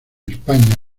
españa